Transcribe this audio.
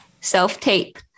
self-tape